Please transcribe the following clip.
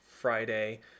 friday